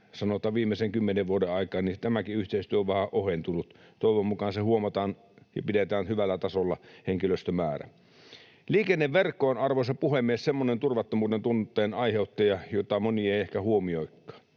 sanotaan viimeisen kymmenen vuoden aikana — niin tämäkin yhteistyö on vähän ohentunut. Toivon mukaan se huomataan ja pidetään hyvällä tasolla henkilöstömäärä. Liikenneverkko on, arvoisa puhemies, semmoinen turvattomuudentunteen aiheuttaja, jota moni ei ehkä huomioikaan.